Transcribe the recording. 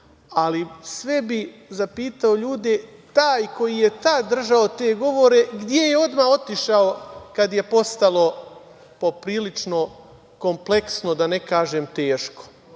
ali sve bi zapitao ljude, taj koji je tad držao te odgovore gde je odmah otišao kad je postalo, poprilično kompleksno da ne kažem